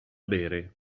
bere